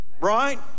right